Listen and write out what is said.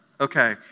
Okay